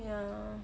ya